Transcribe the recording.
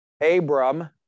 Abram